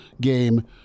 game